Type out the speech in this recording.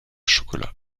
chocolat